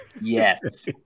Yes